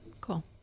Cool